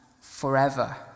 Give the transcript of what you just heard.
forever